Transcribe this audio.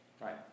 Right